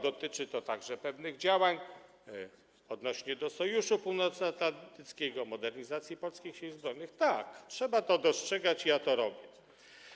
Dotyczy to także pewnych działań odnoszących się do Sojuszu Północnoatlantyckiego, modernizacji polskich Sił Zbrojnych - tak, trzeba to dostrzegać i ja to robię.